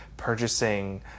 purchasing